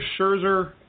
Scherzer